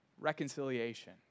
reconciliation